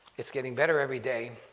it's getting better every day,